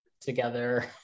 together